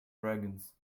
dragons